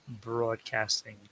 Broadcasting